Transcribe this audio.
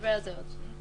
נדבר על זה עוד מעט.